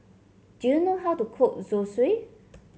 do you know how to cook Zosui